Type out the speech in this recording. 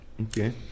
okay